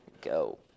go